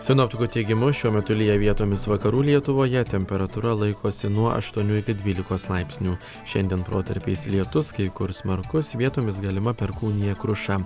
sinoptikų teigimu šiuo metu lyja vietomis vakarų lietuvoje temperatūra laikosi nuo aštuonių iki dvylikos laipsnių šiandien protarpiais lietus kai kur smarkus vietomis galima perkūnija kruša